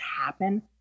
happen